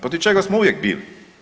Protiv čega smo uvijek bili.